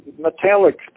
metallic